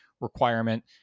requirement